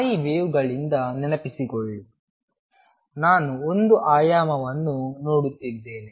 ಸ್ಥಾಯಿ ವೇವ್ಗಳಿಂದ ನೆನಪಿಸಿಕೊಳ್ಳಿ ನಾನು ಒಂದು ಆಯಾಮವನ್ನು ನೋಡುತ್ತಿದ್ದೇನೆ